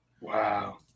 Wow